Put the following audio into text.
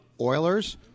Oilers